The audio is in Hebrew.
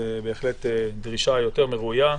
זו בהחלט דרישה יותר מראויה,